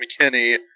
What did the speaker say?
McKinney